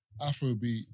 Afrobeat